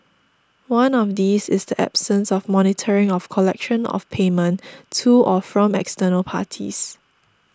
one of these is the absence of monitoring of collection of payment to or from external parties